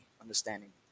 understanding